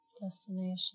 destination